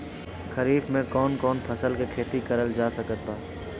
खरीफ मे कौन कौन फसल के खेती करल जा सकत बा?